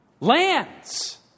Lands